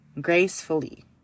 gracefully